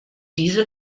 diesel